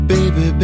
Baby